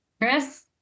Chris